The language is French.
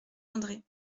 andré